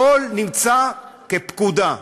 הכול נמצא כפקודה.